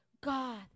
God